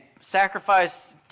sacrifice